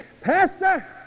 Pastor